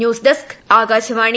news desk Akashvani